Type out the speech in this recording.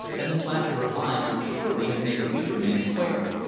and the flash of her eyes would surely have made a weaker man quail.